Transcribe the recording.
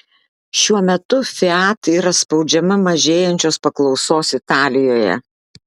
šiuo metu fiat yra spaudžiama mažėjančios paklausos italijoje